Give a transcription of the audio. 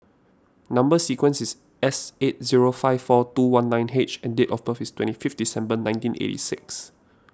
Number Sequence is S eight zero five four two one nine H and date of birth is twenty fifth December nineteen eighty six